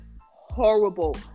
horrible